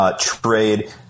trade